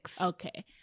Okay